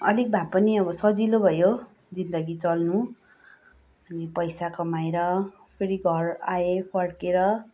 अलिक भए पनि सजिलो भयो जिन्दगी चल्नु पैसा कमाएर फेरि घर आएँ फर्केर